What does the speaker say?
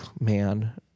man